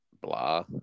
blah